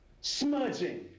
Smudging